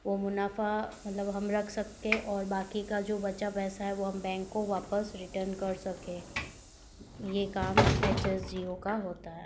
वह मुनाफा मतलब हम रख सकते हैं और बाकी का जो बचा पैसा है वो हम बैंक को वापस रिटर्न कर सकते हैं ये काम एच एस जी ओ का होता है